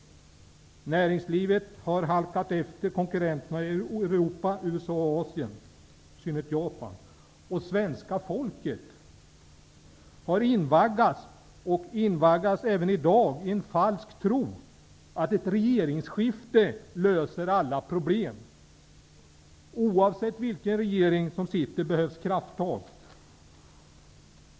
Näringslivet har halkat efter konkurrenterna i Europa, USA och Asien -- i synnerhet Japan. Svenska folket har invaggats och invaggas fortfarande i dag i den falska tron att ett regeringsskifte löser alla problem. Oavsett vilken regering som sitter behövs det krafttag.